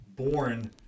born